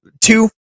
Two